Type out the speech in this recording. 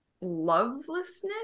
lovelessness